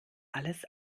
alles